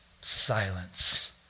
Silence